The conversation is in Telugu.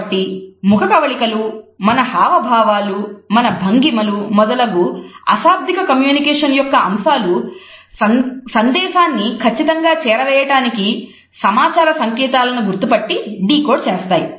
కాబట్టి ముఖకవళికలు మన హావభావాలు మన భంగిమలు మొదలగు అశాబ్దిక కమ్యూనికేషన్ యొక్క అంశాలు సందేశాన్ని ఖచ్చితంగా చేరవేయటానికి సమాచార సంకేతాలని గుర్తుపట్టి డికోడ్ చేస్తాయి